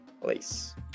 place